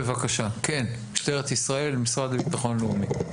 משטרת ישראל, המשרד לביטחון לאומי.